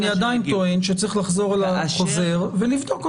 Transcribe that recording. אני עדיין טוען שצריך לחזור לחוזר ולבדוק אותו.